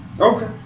Okay